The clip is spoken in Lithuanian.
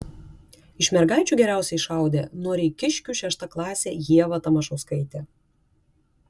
iš mergaičių geriausiai šaudė noreikiškių šeštaklasė ieva tamašauskaitė